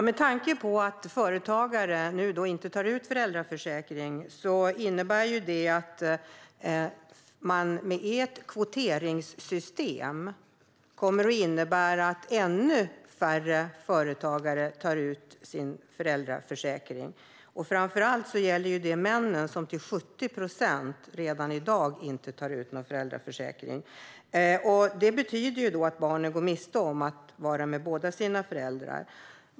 Herr talman! Företagare tar inte ut sin föräldraförsäkring, och ert kvoteringssystem kommer att innebära att ännu färre företagare gör det. Framför allt gäller detta männen, varav 70 procent redan i dag inte tar ut någon föräldraförsäkring. Detta betyder att barnen går miste om att vara med båda sina föräldrar.